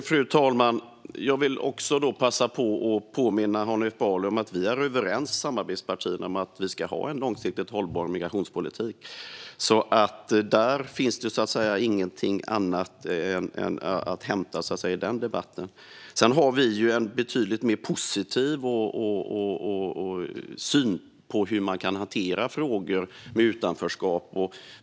Fru talman! Jag vill också passa på att påminna Hanif Bali om att samarbetspartierna är överens om att vi ska ha en långsiktigt hållbar migrationspolitik. Det finns därför ingenting annat att hämta i den debatten. Vi har en betydligt mer positiv syn på hur man kan hantera frågor om utanförskap.